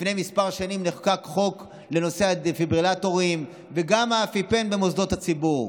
לפני כמה שנים נחקק חוק בנושא הדפיברילטורים וגם האפיפן במוסדות הציבור,